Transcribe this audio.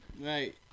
Right